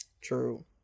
True